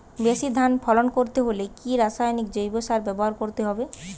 বেশি ধান ফলন করতে হলে কি রাসায়নিক জৈব সার ব্যবহার করতে হবে?